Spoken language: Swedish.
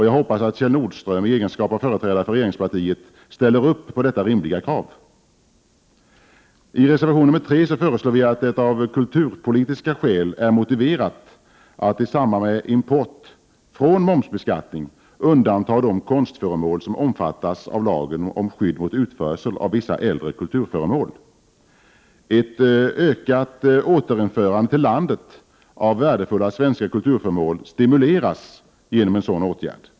Jag hoppas att Kjell Nordström i egenskap av företrädare för regeringspartiet ställer sig bakom detta rimliga krav. I reservation 3 menar vi att det av kulturpolitiska skäl är motiverat att i samband med import undanta från momsbeskattning de konstföremål som omfattas av lagen om skydd mot utförsel av vissa äldre kulturföremål. Ett ökat återinförande till landet av värdefulla svenska kulturföremål stimuleras genom en sådan åtgärd.